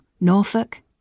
Norfolk